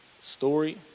story